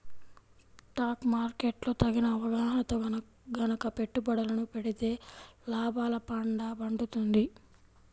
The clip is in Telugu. స్టాక్ మార్కెట్ లో తగిన అవగాహనతో గనక పెట్టుబడులను పెడితే లాభాల పండ పండుతుంది